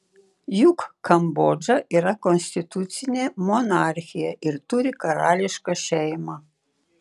juk kambodža yra konstitucinė monarchija ir turi karališką šeimą